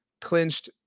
clinched